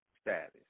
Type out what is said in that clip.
status